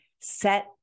set